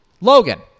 Logan